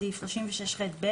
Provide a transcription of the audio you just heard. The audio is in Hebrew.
בסעיף 36ח(ב),